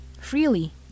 freely